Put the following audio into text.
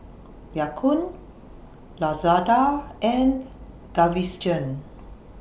Ya Kun Lazada and Gaviscon